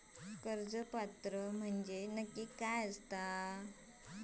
कर्ज पात्र म्हणजे काय असता नक्की?